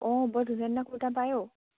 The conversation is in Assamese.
অঁ বৰ ধুনীয়া ধুনীয়া কুৰ্টা পাই অঁ